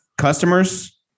customers